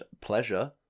pleasure